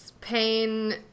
pain